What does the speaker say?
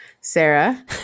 Sarah